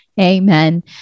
Amen